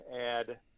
add